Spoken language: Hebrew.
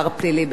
שתי דקות,